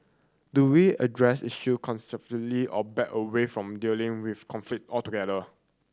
do we address issue constructively or back away from dealing with conflict altogether